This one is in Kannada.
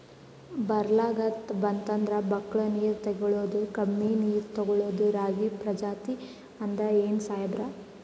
ಬರ್ಗಾಲ್ ಬಂತಂದ್ರ ಬಕ್ಕುಳ ನೀರ್ ತೆಗಳೋದೆ, ಕಮ್ಮಿ ನೀರ್ ತೆಗಳೋ ರಾಗಿ ಪ್ರಜಾತಿ ಆದ್ ಏನ್ರಿ ಸಾಹೇಬ್ರ?